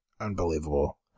Unbelievable